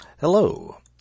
Hello